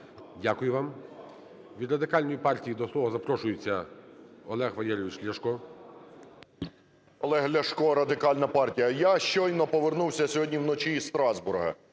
Дякую вам. Від Радикальної партії до слова запрошується Олег Валерійович Ляшко. 10:22:07 ЛЯШКО О.В. Олег Ляшко, Радикальна партія. Я щойно повернувся сьогодні вночі із Страсбурга,